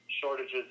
shortages